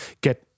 get